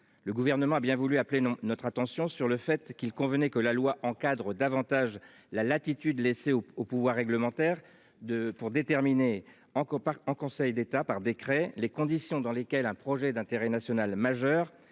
Le gouvernement a bien voulu appeler notre attention sur le fait qu'il convenait que la loi encadre davantage la latitude laissée aux aux pouvoirs réglementaires de pour déterminer encore par en Conseil d'État par décret les conditions dans lesquelles un projet d'intérêt national majeur